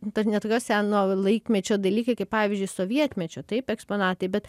dar ne tokio seno laikmečio dalykai kaip pavyzdžiui sovietmečio taip eksponatai bet